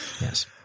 Yes